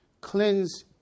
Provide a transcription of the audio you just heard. Cleanse